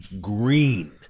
green